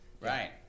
Right